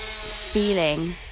feeling